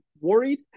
worried